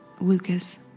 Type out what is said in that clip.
Lucas